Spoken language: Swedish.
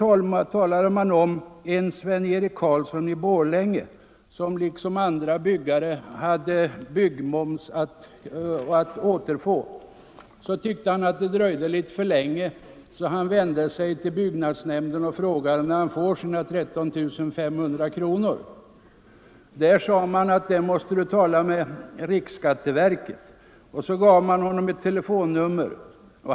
Man talar där om en Sven Erik Karlsson i Borlänge, som liksom andra byggare hade byggmoms att återfå. Han tyckte att det dröjde litet för länge och vände sig till byggnadsnämnden och frågade när han skulle få sina 13 500 kronor. Där svarade man att han måste tala med riksskatteverket. Man gav honom ett telefonnummer.